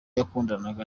yakundanaga